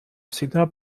всегда